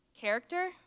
Character